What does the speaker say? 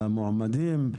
למועמדים?